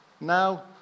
Now